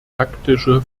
taktische